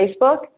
Facebook